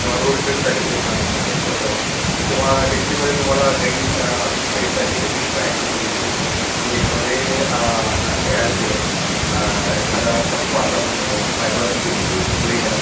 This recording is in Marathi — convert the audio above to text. किंवा रोड ट्रिपसाठी ते छान असतं तर तसं किंवा डिक्कीमध्ये तुम्हाला काही अजून स्पेससाठी एक्स्ट्रा ॲक्सेसरीज की तुम्ही एक मग हे ॲड केलंं तर एखादा टप्पा असा आपण म्हणूया फायबर अशी एक प्लेट आहे